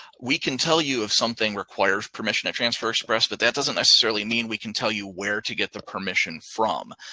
we can tell you if something requires permission at transfer express, but that doesn't necessarily mean we can tell you where to get the permission from.